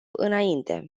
înainte